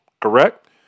correct